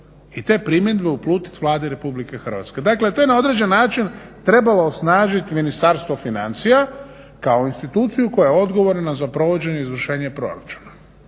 i te primjedbe uputit Vladi RH. Dakle, to je na određen način trebalo osnažiti Ministarstvo financija kao instituciju koja je odgovorna za provođenje, izvršenje proračuna.